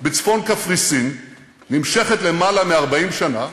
בצפון-קפריסין נמשכת למעלה מ-40 שנה,